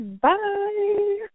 Bye